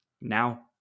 Now